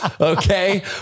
okay